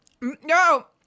No